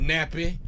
Nappy